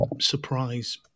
surprise